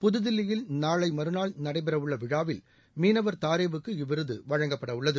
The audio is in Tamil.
புதுதில்லியில் நாளை மறுநாள் நடைபெறவுள்ள விழாவில் மீனவர் தாரேவுக்கு இவ்விருது வழங்கப்படவுள்ளது